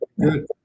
Good